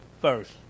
first